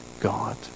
God